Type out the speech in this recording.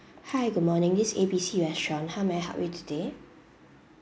hi good morning this A B C restaurant how may I help you today